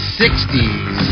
60s